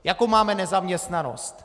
Jakou máme nezaměstnanost?